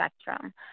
spectrum